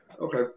Okay